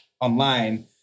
online